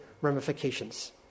ramifications